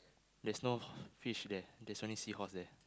there's no fish there there's only seahorse there